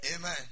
Amen